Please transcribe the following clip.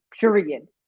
period